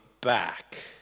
back